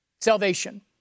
Salvation